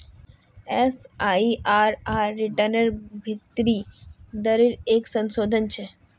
MIRR रिटर्नेर भीतरी दरेर एक संशोधन छे